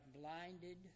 blinded